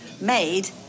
made